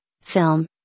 film